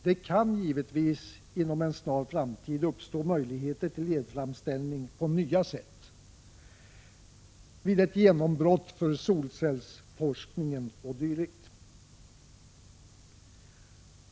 Det kan givetvis inom en snar framtid uppstå möjligheter till elframställning på nya sätt, t.ex. vid ett genombrott för solcellsforskningen o. d.